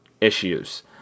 issues